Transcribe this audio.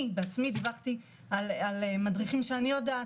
אני בעצמי דיווחתי על מדריכים שאני יודעת